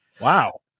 Wow